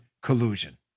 collusion